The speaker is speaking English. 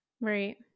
Right